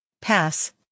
Pass